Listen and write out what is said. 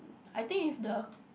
I think if the